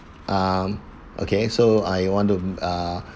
um okay so I want to uh